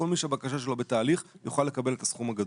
כל מי שהבקשה שלו בתהליך יוכל לקבל את הסכום הגדול.